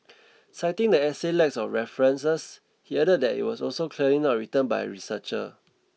citing the essay's lack of references he added that it was also clearly not written by a researcher